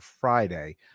Friday